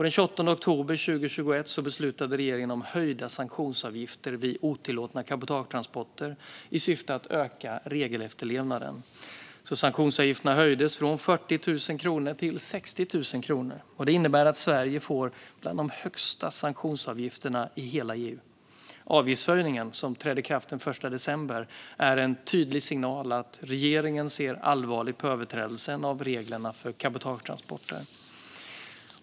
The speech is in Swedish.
Den 28 oktober 2021 beslutade regeringen om höjda sanktionsavgifter vid otillåtna cabotagetransporter, i syfte att öka regelefterlevnaden. Sanktionsavgiften höjdes från 40 000 kronor till 60 000 kronor. Det innebär att Sverige får bland de högsta sanktionsavgifterna i hela EU. Avgiftshöjningen, som trädde i kraft den 1 december, är en tydlig signal att regeringen ser allvarligt på överträdelser av reglerna för cabotagetransporter.